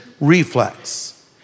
reflex